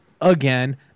again